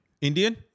Indian